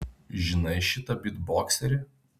žinai šitą bytbokserį